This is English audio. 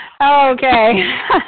Okay